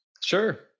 Sure